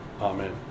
Amen